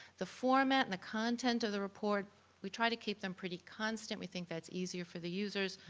the format and the content of the report we try to keep them pretty constant. we think that's easier for the users.